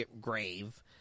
grave